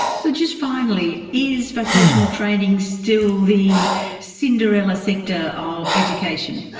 so just finally, is vocational training still the cinderella sector of education?